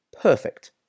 perfect